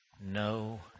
no